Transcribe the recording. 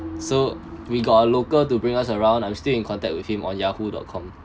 so we got a local to bring us around I'm still in contact with him on yahoo dot com